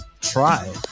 try